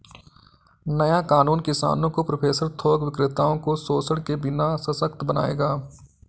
नया कानून किसानों को प्रोसेसर थोक विक्रेताओं को शोषण के बिना सशक्त बनाएगा